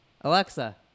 Alexa